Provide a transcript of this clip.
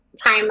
time